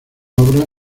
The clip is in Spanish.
obra